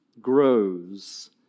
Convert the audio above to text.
grows